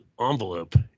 envelope